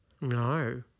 No